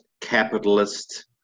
capitalist